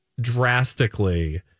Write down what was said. drastically